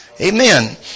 Amen